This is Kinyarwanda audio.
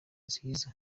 nziza